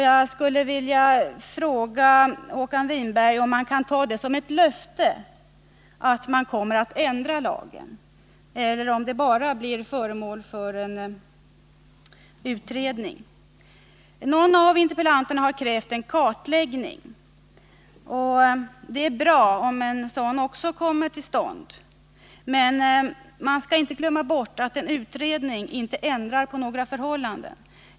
Jag skulle vilja fråga Håkan Winberg om detta kan tas som ett löfte att lagen kommer att ändras eller om frågan bara blir föremål för en utredning. En av interpellanterna har krävt en kartläggning. Och det är bra om en sådan också kommer till stånd. Men man skall inte glömma bort att en utredning inte ändrar på några förhållanden.